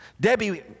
Debbie